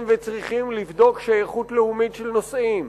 וצריכים לבדוק שייכות לאומית של נוסעים.